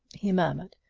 he murmured,